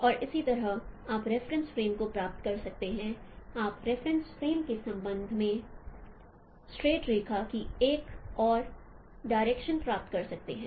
और इसी तरह आप रेफरेंस फ्रेम को प्राप्त कर सकते हैं आप रेफरेंस फ्रेम के संबंध में स्ट्रेट रेखा की एक और डायरेक्शन प्राप्त कर सकते हैं